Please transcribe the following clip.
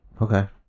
Okay